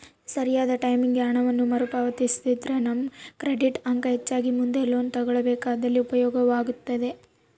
ಸರಿಯಾದ ಟೈಮಿಗೆ ಹಣವನ್ನು ಮರುಪಾವತಿಸಿದ್ರ ನಮ್ಮ ಕ್ರೆಡಿಟ್ ಅಂಕ ಹೆಚ್ಚಾಗಿ ಮುಂದೆ ಲೋನ್ ತೆಗೆದುಕೊಳ್ಳಬೇಕಾದಲ್ಲಿ ಉಪಯೋಗವಾಗುತ್ತದೆ